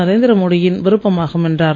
நரேந்திரமோடியின் விருப்பமாகும் என்றார்